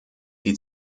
die